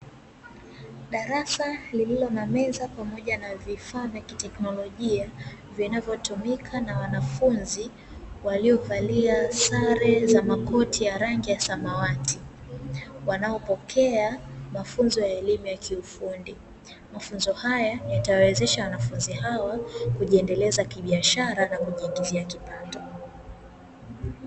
Darasa lililo na meza pamoja na vifaa vya kiteknolojia vinavyotumika na wanafunzi, waliovalia sare za makoti ya rangi ya samawati, wanaopokea mafunzo ya elimu ya kiufundi, mafunzo haya yatawaendeleza wanafunzi kibiashara na kuwaingizia kipato.